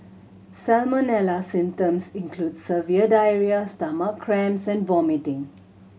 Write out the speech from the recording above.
salmonella symptoms include severe diarrhoea stomach cramps and vomiting